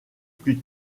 plus